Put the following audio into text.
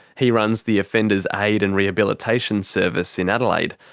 he runs the offenders aid and rehabilitation service in adelaide.